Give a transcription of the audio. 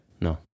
no